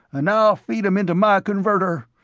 an' i'll feed em into my converter.